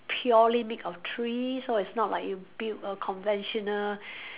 purely made of tree so it's not like you build a conventional